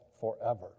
forever